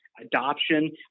adoption